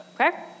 okay